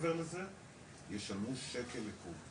ומעבר לזה ישלמו שקל לקוב.